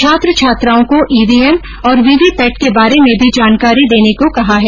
छात्र छात्राओं को ईवीएम और वीवीपेट के बारे में भी जानकारी देने को कहा है